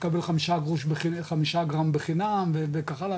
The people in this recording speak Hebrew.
תקבל חמישה גרם בחינם וכך הלאה,